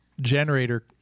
generator—